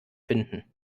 finden